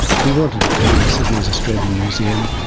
he wanted it to be at sydney's australian museum,